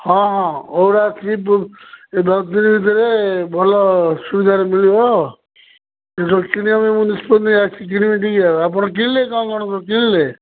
ହଁ ହଁ ଭିତରେ ଭଲ ସୁବିଧାରେ ମିଳିବ ସେ କିଣିବା ମୁଁ ନିଷ୍ପତି ନିଆ ହେଇଛି କିଣିବି ଟିକେ ଆ ଆପଣ କିଣିଲେ କ'ଣ କ'ଣ କିଣିଲେ